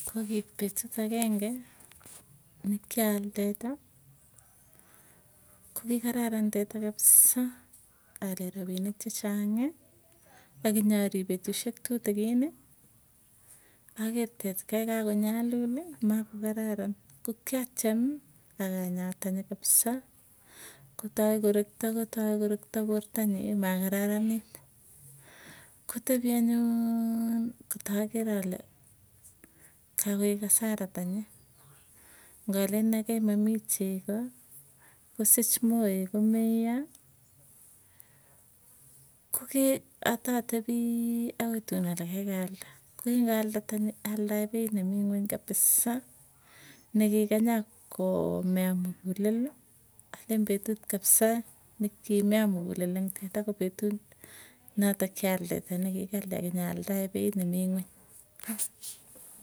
Ko kiit petut ageng'e nekial teta, koki kararan teta kapsaa allee rapinik chechang'ii akinyorip petusyek tutikini, aker tetkai, kakonyaluli, makokararan ko kiatiem akanyaa tanyi kapsaa, kotai korekta kotai korekta porta nyii maa kararanit. Kotepi anyun kotaker alee kakoek hasara tanyi, ngalen akei mamii chego kosich moek komeiyo. Kokii atatepii akoi tuun ale kaikai alda ko kingalde tanyi, aldae peit nemii kweny kapisa nekikanya koo mea mukuleli alen petut kapsa nikimea mukulel ing teta ko petut noto kial teta nikali akonyaldae peit nemii kweny.